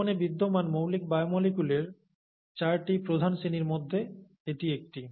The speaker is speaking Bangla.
জীবনে বিদ্যমান মৌলিক বায়োমোলিকুলের চারটি প্রধান শ্রেণীর মধ্যে এটি একটি